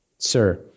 Sir